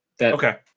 Okay